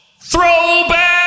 Throwback